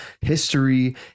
history